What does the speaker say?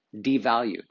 devalued